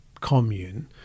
commune